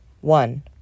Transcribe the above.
One